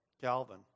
Calvin